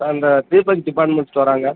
sir இந்த Deepan department ஸ்டோராங்க